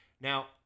Now